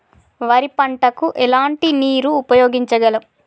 వరి పంట కు ఎలాంటి నీరు ఉపయోగించగలం?